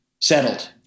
Settled